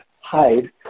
hide